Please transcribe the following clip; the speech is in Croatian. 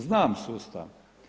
Znam sustav.